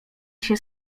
się